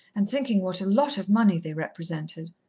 and thinking what a lot of money they represented.